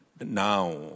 now